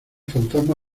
fantasma